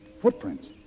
Footprints